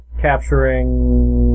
capturing